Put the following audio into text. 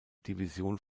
division